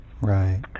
Right